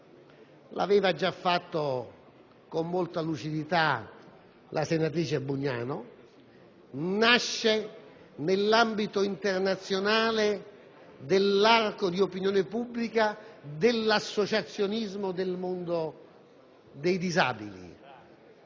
aveva già fatto, con molta lucidità, la senatrice Bugnano): esso nasce nell'ambito internazionale dell'arco di opinione pubblica dell'associazionismo del mondo dei disabili.